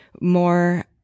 more